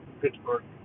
pittsburgh